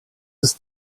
ist